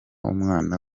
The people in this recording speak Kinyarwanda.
umwana